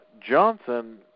Johnson